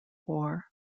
war